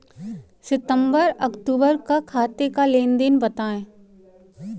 सितंबर अक्तूबर का खाते का लेनदेन बताएं